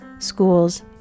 schools